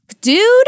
dude